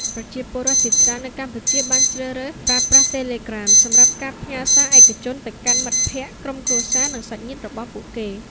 ប្រជាពលរដ្ឋជាច្រើននៅកម្ពុជាបានជ្រើសរើសប្រើប្រាស់ Telegram សម្រាប់ការ ផ្ញើសារឯកជន ទៅកាន់មិត្តភក្តិ ក្រុមគ្រួសារ និងសាច់ញាតិរបស់ពួកគេ។